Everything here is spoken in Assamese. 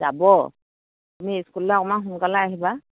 যাব তুমি স্কুললে অকমান সোনকালে আহিবা